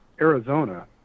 Arizona